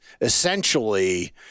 essentially